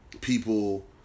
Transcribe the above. people